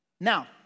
Now